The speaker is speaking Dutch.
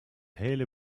hele